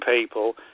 people